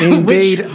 Indeed